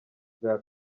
bwa